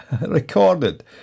recorded